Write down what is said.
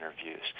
interviews